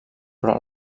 però